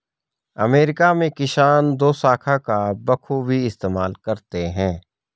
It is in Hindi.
अमेरिका में किसान दोशाखा का बखूबी इस्तेमाल करते हैं